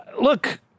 Look